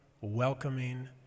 welcoming